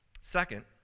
Second